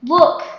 Look